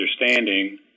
understanding